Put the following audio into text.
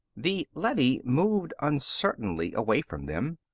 the leady moved uncertainly away from them.